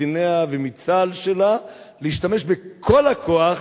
מקציניה ומצה"ל שלה להשתמש בכל הכוח,